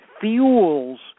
fuels